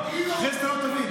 סימון, אחרי זה לא תבין.